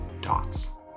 dots